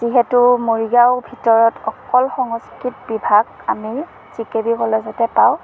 যিহেতু মৰিগাঁৱৰ ভিতৰত অকল সংস্কৃত বিভাগ আমি জি কে বি কলেজতে পাওঁ